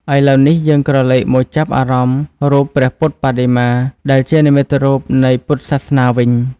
ឥឡូវនេះ យើងក្រឡេកមកចាប់អារម្មណ៍ រូបព្រះពុទ្ធបដិមា ដែលជានិមិត្តរូបនៃពុទ្ធសាសនាវិញ។